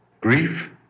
grief